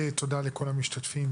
לאלה שהשתתפו בישיבה,